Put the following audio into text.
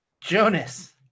Jonas